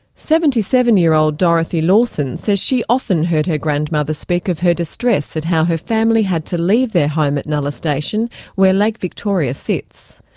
seventy seven year old dorothy lawson says she often heard her grandmother speak of her distress at how her family had to leave their home at nulla station where lake like victoria sits.